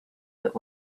but